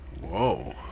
Whoa